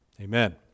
Amen